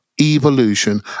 evolution